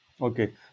Okay